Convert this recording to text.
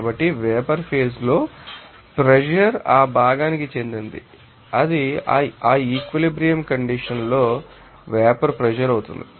కాబట్టి vapour phase లో pressure ఆ భాగానికి చెందినది అది ఆ ఈక్విలిబ్రియం కండిషన్ లో వేపర్ ప్రెషర్ అవుతుంది